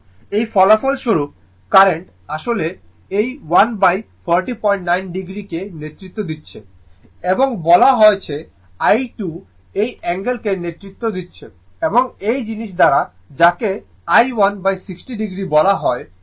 সুতরাং এই ফলস্বরূপ কারেন্ট আসলে এই 1409o কে নেতৃত্ব দিচ্ছে এবং বলা হয়েছে i2 এই অ্যাঙ্গেল কে নেতৃত্ব দিচ্ছে এই জিনিস দ্বারা যাকে i1 60o বলা হয়